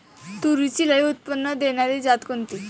तूरीची लई उत्पन्न देणारी जात कोनची?